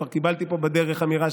כבר קיבלתי פה בדרך אמירה,